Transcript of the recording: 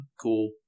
cool